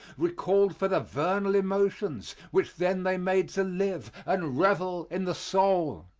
recalled for the vernal emotions which then they made to live and revel in the soul.